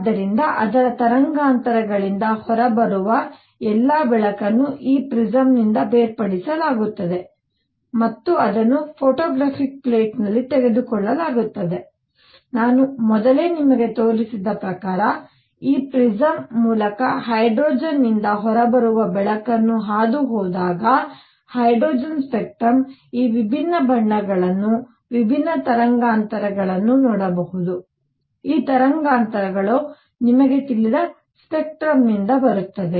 ಆದ್ದರಿಂದ ಅದರ ತರಂಗಾಂತರಗಳಿಂದ ಹೊರಬರುವ ಎಲ್ಲಾ ಬೆಳಕನ್ನು ಈ ಪ್ರಿಸಂ ನಿಂದ ಬೇರ್ಪಡಿಸಲಾಗುತ್ತದೆ ಮತ್ತು ಅದನ್ನು ಫೋಟೋಗ್ರಫಿಕ್ ಪ್ಲೇಟ್ ನಲ್ಲಿ ತೆಗೆದುಕೊಳ್ಳಲಾಗುತ್ತದೆ ನಾನು ಮೊದಲೇ ನಿಮಗೆ ತೋರಿಸಿದ ಪ್ರಕಾರ ಈ ಪ್ರಿಸಂ ಮೂಲಕ ಹೈಡ್ರೋಜನ್ ನಿಂದ ಹೊರಬರುವ ಬೆಳಕನ್ನು ಹಾದುಹೋದಾಗ ಹೈಡ್ರೋಜನ್ ಸ್ಪೆಕ್ಟ್ರಮ್ ಈ ವಿಭಿನ್ನ ಬಣ್ಣಗಳನ್ನು ವಿಭಿನ್ನ ತರಂಗಾಂತರಗಳನ್ನು ನೋಡಬಹುದು ಈ ತರಂಗಾಂತರಗಳು ನಿಮಗೆ ತಿಳಿದ ಸ್ಪೆಕ್ಟ್ರಮ್ನಿಂದ ಬರುತ್ತದೆ